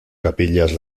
capillas